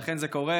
ולכן זה קורה.